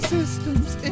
Systems